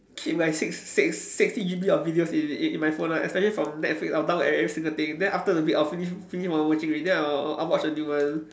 keep my six six sixty G_B of videos in in in my phone lah especially from netflix I will download every every single thing then after the week I'll finish finish watching already then I will I will watch a new one